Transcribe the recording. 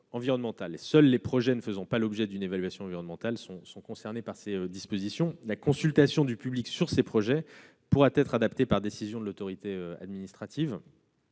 Seuls les projets ne faisant pas l'objet d'une évaluation environnementale sont concernés par ces dispositions. La consultation du public sur ces projets pourra être adaptée par décision de l'autorité administrative